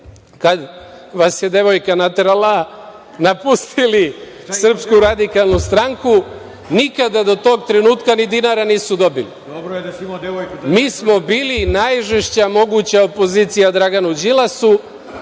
kad vas je devojka naterala, napustili Srpsku radikalnu stranku, nikada do tog trenutka ni dinara nisu dobili. Mi smo bili najžešća moguća opozicija Draganu Đilasu.